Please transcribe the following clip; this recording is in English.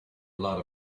lot